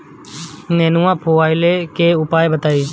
नेनुआ फुलईले के उपाय बताईं?